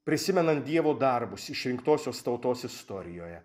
prisimenant dievo darbus išrinktosios tautos istorijoje